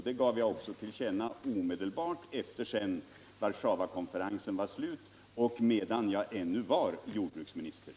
Det gav jag också till känna omedelbart efter det att Warszawakonferensen var slut och medan jag ännu var jordbruksminister.